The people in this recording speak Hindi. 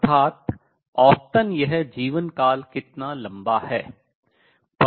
अर्थात औसतन यह जीवनकाल कितना लंबा है